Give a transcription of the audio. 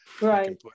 Right